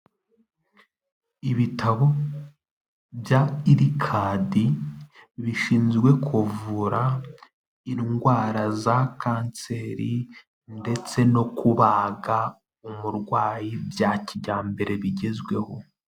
Ibitaro bya idikadi bishinzwe kuvura indwara za kanseri ndetse no kubaga umurwayi bya kijyambere bigezweho.